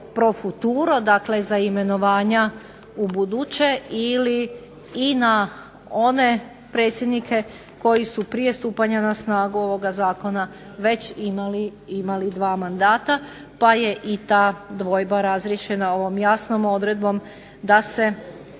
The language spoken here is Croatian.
pro futuro. Dakle, za imenovanja u buduće ili i na one predsjednike koji su prije stupanja na snagu ovoga zakona već imali dva mandata, pa je i ta dvojba razriješena ovom jasnom odredbom da se